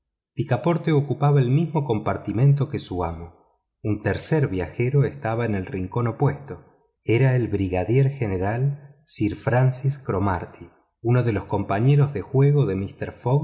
picaporte ocupaba el mismo compartimiento que su amo un tercer viajero estaba en el rincón opuesto era el brigadier general sir francis cromarty uno de los compañeros de juego de mister fogg